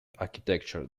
architecture